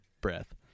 breath